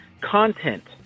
content